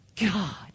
God